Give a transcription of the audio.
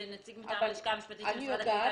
שנציג מטעם הלשכה המשפטית של משרד הקליטה ישתתף בדיון.